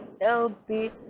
healthy